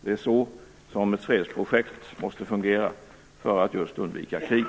Det är så ett fredsprojekt måste fungera, för att man skall kunna undvika krig.